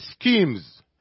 schemes